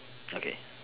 okay